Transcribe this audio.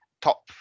top